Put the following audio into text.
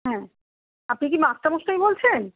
হ্যাঁ আপনি কি মাস্টারমশাই বলছেন